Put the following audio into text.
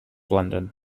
london